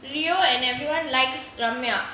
rio and everyone likes ramya